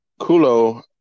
Kulo